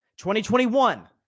2021